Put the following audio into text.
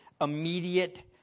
immediate